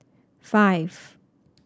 five